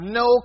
no